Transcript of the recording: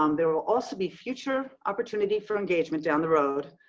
um there will also be future opportunity for engagement down the road,